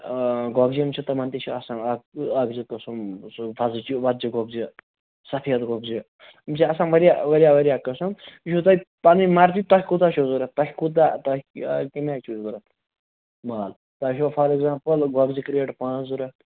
گۄگجن چھِ تِمَن تہِ چھِ آسان اکھ اکھ زٕ قسم سُہ وۄزجہِ وۄزجہِ گۄگجہٕ سفید گۄگجہٕ یِم چھِ آسان واریاہ واریاہ واریاہ قٕسم یہِ چھو تۄہہِ پَنٕنۍ مرضی تۄہہِ کوتاہ چھو ضوٚرتھ تۄہہِ کوتاہ تۄہہِ یہِ کَمہِ آے چھُو ضوٚرتھ مال تۄہہِ چھُوَ فار اٮ۪گزامپٕل گۄگجہٕ کرٛیڈ پانٛژھ ضوٚرتھ